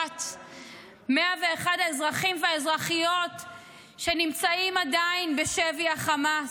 101 אזרחים ואזרחיות שנמצאים עדיין בשבי חמאס.